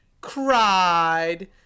cried